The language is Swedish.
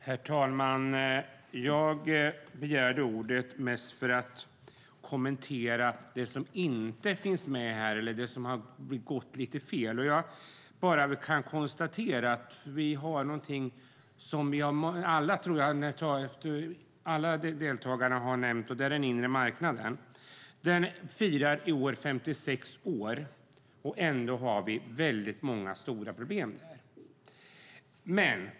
Herr talman! Jag begärde ordet mest för att kommentera det som inte har tagits upp här eller har gått lite fel. Jag kan konstatera att alla deltagarna har nämnt den inre marknaden. Den firar i år 56 år. Ändå finns det stora problem.